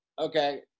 Okay